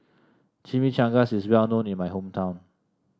chimichangas is well known in my hometown